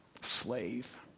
Slave